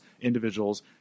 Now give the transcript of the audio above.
individuals